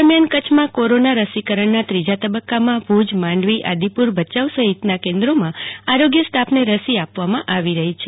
દરમિયાન કચ્છમાં કોરોના રસીકરણના ત્રીજા તબક્કામાં ભુજ માંડવી આદિપુર ભયાઉ સહિતના કેન્દ્રોમાં આરોગ્ય સ્ટાફને રસી આપવામાં આવી રહી છે